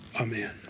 Amen